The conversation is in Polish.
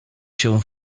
się